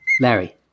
Larry